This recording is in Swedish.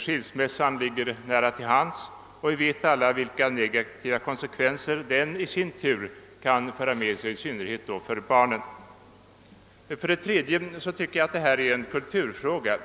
Skilsmässan ligger nära till hands, och vi vet alla vilka negativa konsekvenser den i sin tur kan föra med sig, i synnerhet för barnen. För det tredje tycker jag att detta är en kulturfråga.